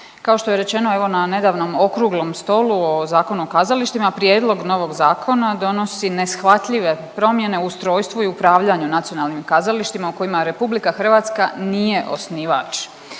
Kao što je rečeno evo na nedavnom okruglom stolu o Zakonu o kazalištima, prijedlog novog zakona donosi neshvatljive promjene u ustrojstvu i upravljanju nacionalnim kazalištima u kojima RH nije osnivač.